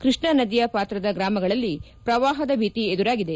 ಕೃಷ್ಣಾ ನದಿಯ ಪಾತ್ರದ ಗ್ರಾಮಗಳಲ್ಲಿ ಪ್ರವಾಹದ ಭೀತಿ ಎದುರಾಗಿದೆ